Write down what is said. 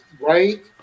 right